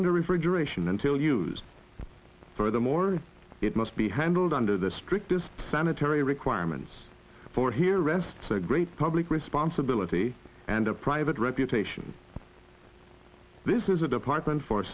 under refrigeration until used for the more it must be handled under the strictest sanitary requirements for here rests a great public responsibility and a private reputation this is a department for